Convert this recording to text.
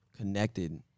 connected